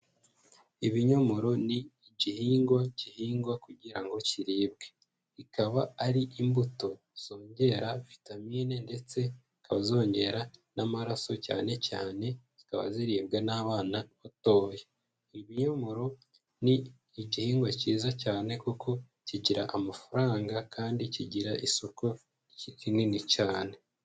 Ibinyomoro ni igihingwa gihingwa kugira ngo kiribwe. Kikaba ari imbuto zongera vitamine ndetse ikaba zongera n'amaraso cyanecyane zikaba ziribwa n'abana batoya. Ibinyomoro ni igihingwa kiza cyane kuko kigira amafaranga kandi kigira isoko igihe kinini cyane.